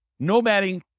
nomading